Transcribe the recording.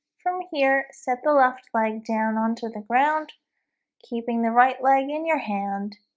from here set the left leg down onto the ground keeping the right leg in your hand